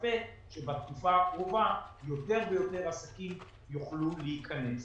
מצפה שבתקופה הקרובה יותר ויותר עסקים יוכלו להיכנס.